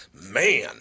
Man